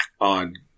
on